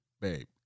babe